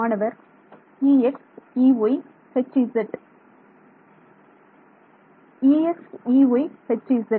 மாணவர் Ex Ey Hz Ex Ey Hz